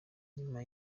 nyuma